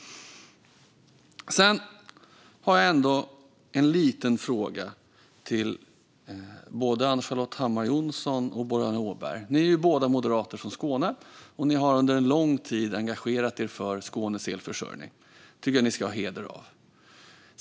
Jag har en liten fråga till både Ann-Charlotte Hammar Johnsson och Boriana Åberg. Ni är ju båda moderater från Skåne, och ni har under en lång tid engagerat er för Skånes elförsörjning. Det tycker jag att ni ska ha heder av.